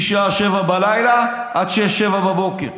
משעה 19:00 עד 06:00,